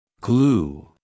Glue